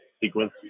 sequence